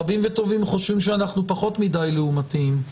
רבים וטובים חושבים שאנחנו פחות מידי לעומתיים.